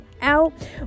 out